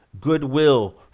goodwill